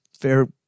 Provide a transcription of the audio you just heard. fair